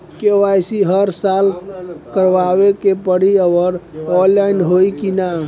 KYC हर साल करवावे के पड़ी और ऑनलाइन होई की ना?